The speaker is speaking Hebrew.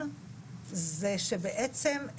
ותקציב נוסף לשעות שילוב נוספות,